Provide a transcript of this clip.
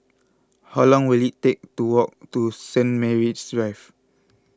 how long will it take to walk to Saint Martin's Drive